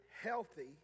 healthy